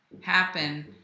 happen